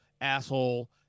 Asshole